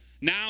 Now